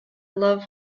love